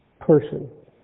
person